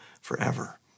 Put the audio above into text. forever